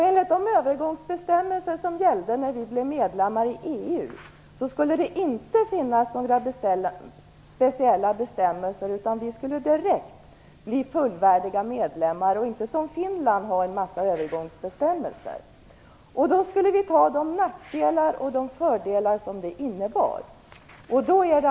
Enligt de övergångsbestämmelser som gällde när vi blev medlemmar i EU skulle det inte tillämpas några speciella bestämmelser, utan vi skulle direkt bli fullvärdiga medlemmar. Vi skulle ta de fördelar och nackdelar som det innebär och inte som Finland ha en mängd övergångsbestämmelser.